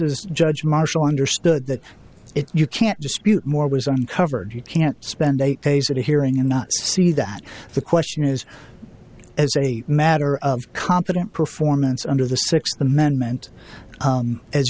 is judge marshall understood that if you can't dispute more was uncovered you can't spend eight days at a hearing and not see that the question is as a matter of competent performance under the sixth amendment